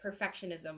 perfectionism